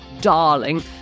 darling